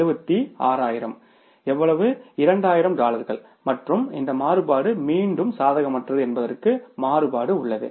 எவ்வளவு 2000 டாலர்கள் மற்றும் இந்த மாறுபாடு மீண்டும் சாதகமற்றது என்பதற்கு மாறுபாடு உள்ளது